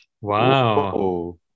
Wow